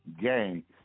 gang